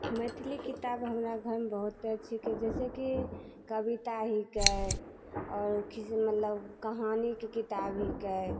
मैथिली किताब हमरा घरमे बहुतेक छिकै जैसेकी कबिता हिकै की से मतलब कहाँ आओर नीके किताब हिकै